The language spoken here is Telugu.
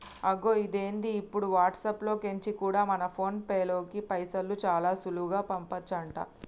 అగొ ఇదేంది ఇప్పుడు వాట్సాప్ లో కెంచి కూడా మన ఫోన్ పేలోకి పైసలు చాలా సులువుగా పంపచంట